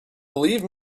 believe